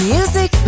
Music